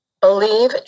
believe